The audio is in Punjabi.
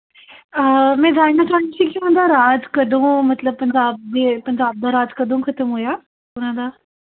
ਮੈ ਜਾਣਨਾ ਚਾਹੁੰਦੀ ਸੀ ਕਿ ਉਹਨਾਂ ਦਾ ਰਾਜ ਕਦੋਂ ਮਤਲਬ ਪੰਜਾਬ ਦੇ ਪੰਜਾਬ ਦਾ ਰਾਜ ਕਦੋਂ ਖਤਮ ਹੋਇਆ ਉਹਨਾਂ ਦਾ